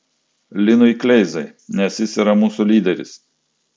linui kleizai nes jis yra mūsų lyderis